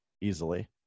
easily